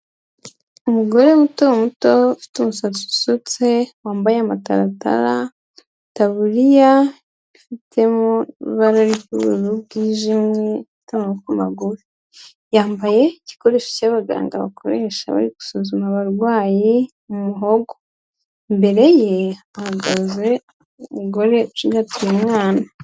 Umugore muto muto ufite umusatsi usutse, wambaye amatatara, itaburiya ifitemo ibara ry'ubururu bwijimye, ifite amaboko magufi, yambaye igikoresho cy'abaganga bakoresha bari gusuzuma abarwayi mu muhogo, imbere ye hahagaze umugore ucigatiye umwana.